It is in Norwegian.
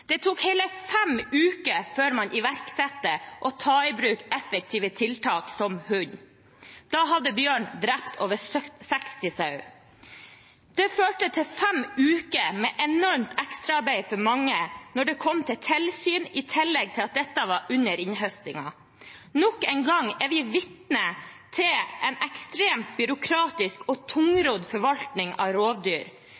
Det tok hele fem uker før man iverksatte effektive tiltak, som f.eks. hund. Da hadde bjørnen drept over 60 sauer. Det førte til fem uker med enormt ekstraarbeid for mange når det kom til tilsyn, i tillegg til at dette var under innhøstingen. Nok en gang er vi vitne til en ekstremt byråkratisk og